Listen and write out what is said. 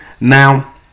Now